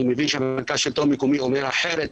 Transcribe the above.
מבין שמרכז השלטון המקומי אומר אחרת,